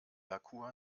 merkur